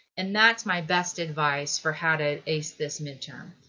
and that's my best advice for how to ace this midterm.